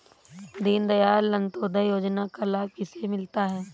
दीनदयाल अंत्योदय योजना का लाभ किसे मिलता है?